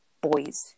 boys